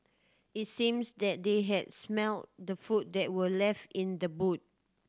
it seems that they had smelt the food that were left in the boot